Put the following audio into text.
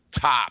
top